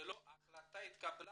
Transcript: ההחלטה התקבלה